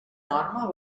norma